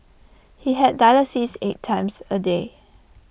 he had dialysis eight times A day